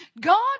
God